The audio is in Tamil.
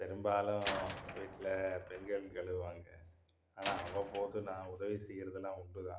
பெரும்பாலும் வீட்டில் பெண்கள் கழுவுவாங்க ஆனால் அவ்வப்போது நான் உதவி செய்கிறதுலாம் உண்டு தான்